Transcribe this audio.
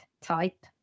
type